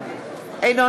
(קוראת בשמות חברי הכנסת) עבדאללה אבו מערוף,